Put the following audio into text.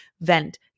vent